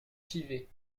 givet